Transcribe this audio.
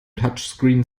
touchscreen